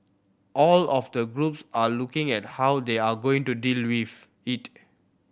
all of the groups are looking at how they are going to deal with it